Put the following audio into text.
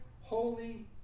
holy